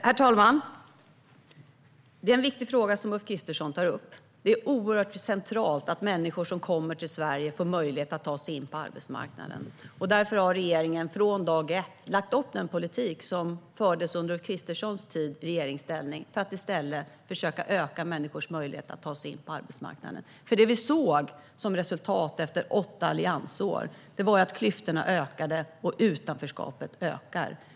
Herr talman! Det är en viktig fråga som Ulf Kristersson tar upp. Det är oerhört centralt att människor som kommer till Sverige får möjlighet att ta sig in på arbetsmarknaden. Därför har regeringen från dag ett lagt undan den politik som fördes under Ulf Kristerssons tid i regeringsställning för att i stället försöka öka människors möjligheter att ta sig in på arbetsmarknaden. Det vi såg som resultat efter åtta alliansår var ju att klyftorna och utanförskapet ökade.